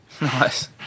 Nice